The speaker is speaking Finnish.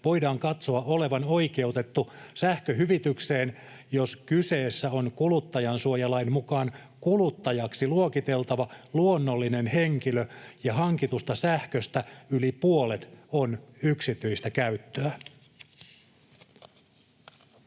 voidaan katsoa olevan oikeutettu sähköhyvitykseen, jos kyseessä on kuluttajansuojalain mukaan kuluttajaksi luokiteltava luonnollinen henkilö ja hankitusta sähköstä yli puolet on yksityistä käyttöä.